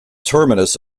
terminus